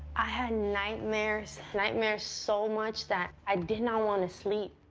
i had nightmares, nightmares so much that i did not want to sleep.